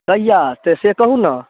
कहिआ तऽ से कहु ने